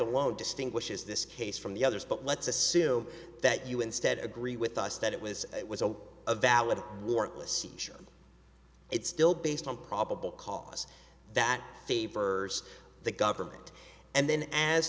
alone distinguishes this case from the others but let's assume that you instead agree with us that it was it was a a valid warrantless seizure it's still based on probable cause that favors the government and then as